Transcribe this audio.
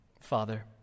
Father